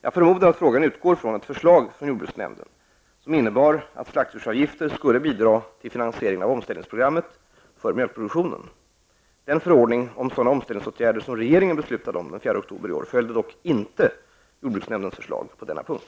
Jag förmodar att frågan utgår från ett förslag från jordbruksnämnden som innebar att slaktdjursavgifter skulle bidra till finansieringen av omställningsprogrammet för mjölkproduktionen. Den förordning om sådana omställningsåtgärder som regeringen beslutade om den 4 oktober i år följde dock inte jordbruksnämndens förslag på denna punkt.